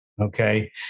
Okay